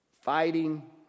fighting